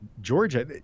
Georgia